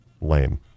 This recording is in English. Lame